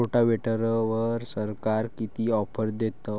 रोटावेटरवर सरकार किती ऑफर देतं?